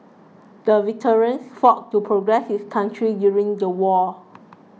the veteran fought to protect his country during the war